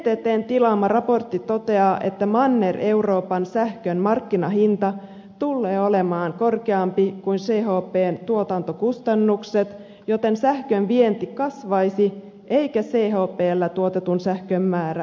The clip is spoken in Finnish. vttn tilaama raportti toteaa että manner euroopan sähkön markkinahinta tullee olemaan korkeampi kuin chpn tuotantokustannukset joten sähkön vienti kasvaisi eikä chpllä tuotetun sähkön määrä vähenisi